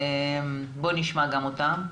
בוא נשמע גם אותם.